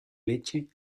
leche